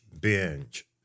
binge